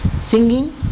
Singing